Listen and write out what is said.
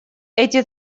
эти